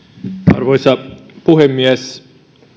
arvoisa puhemies